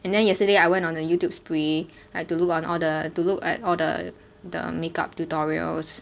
and then yesterday I went on a youtube spree I had to look on all the to look at all the the make up tutorials